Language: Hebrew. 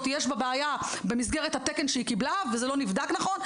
יש בה בעיה במסגרת התקן שהיא קיבלה וזה לא נבדק נכון,